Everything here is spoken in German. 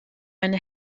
eine